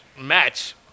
match